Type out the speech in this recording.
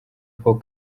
paul